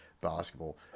basketball